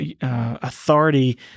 authority